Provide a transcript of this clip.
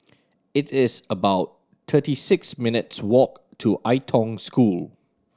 it is about thirty six minutes' walk to Ai Tong School